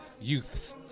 youths